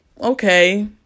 okay